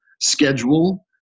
schedule